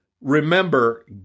Remember